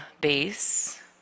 base